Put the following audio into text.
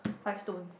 five stones